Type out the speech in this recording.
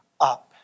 up